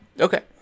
okay